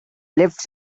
lifts